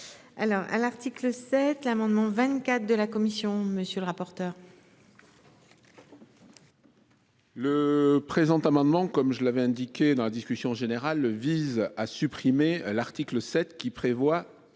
Alors à l'article 7 l'amendement 24 de la commission. Monsieur le rapporteur. Le présent amendement comme je l'avais indiqué, dans la discussion générale vise à supprimer l'article 7 qui prévoit